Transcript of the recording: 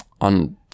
on